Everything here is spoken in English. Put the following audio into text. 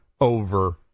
over